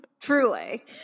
Truly